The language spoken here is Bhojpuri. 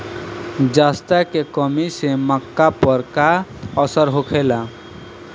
जस्ता के कमी से मक्का पर का असर होखेला?